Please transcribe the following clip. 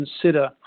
consider